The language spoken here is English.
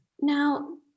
Now